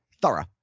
thorough